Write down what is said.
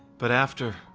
but after,